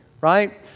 Right